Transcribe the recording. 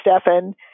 Stefan